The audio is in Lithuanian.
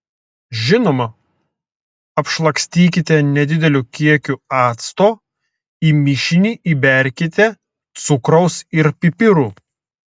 žinoma apšlakstykite nedideliu kiekiu acto į mišinį įberkite cukraus ir pipirų